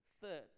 Third